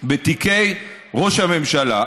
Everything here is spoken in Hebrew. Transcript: בתיקי ראש הממשלה.